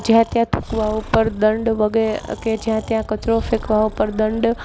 જ્યાં ત્યાં થૂંકવા ઉપર દંડ કે જ્યાં ત્યાં કચરો ફેંકવા ઉપર દંડ